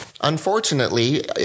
unfortunately